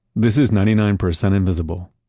this is ninety nine percent invisible.